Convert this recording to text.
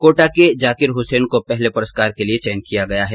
कोटा के जाकिर हुसैन का पहले पुरस्कार के लिए चयन किया गया हैं